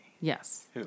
yes